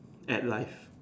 at life